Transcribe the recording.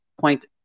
point